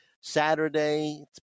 saturday